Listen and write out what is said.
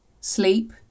sleep